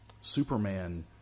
Superman